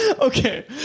Okay